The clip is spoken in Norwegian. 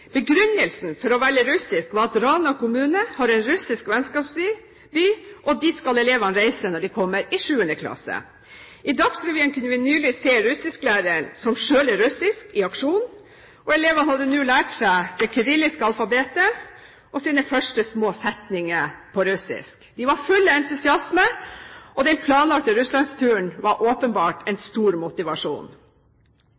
Begrunnelsen for å velge russisk var at Rana kommune har en russisk vennskapsby, og dit skal elevene reise når de kommer i 7. klasse. I Dagsrevyen kunne vi nylig se russisklæreren, som selv er russisk, i aksjon. Elevene hadde nå lært seg det kyrilliske alfabetet og sine første små setninger på russisk. De var fulle av entusiasme, og den planlagte Russlandsturen var åpenbart en